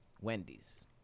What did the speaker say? Wendy's